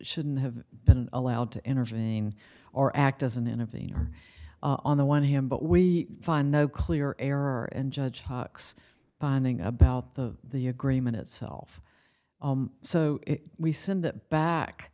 shouldn't have been allowed to intervene or act doesn't intervene or on the one hand but we find no clear error and judge hocks binding about the the agreement itself so we send it back